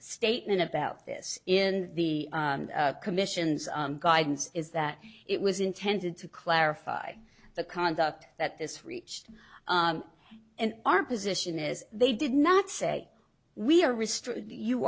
statement about this in the commission's guidance is that it was intended to clarify the conduct that this reached and our position is they did not say we are restricted you